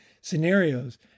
scenarios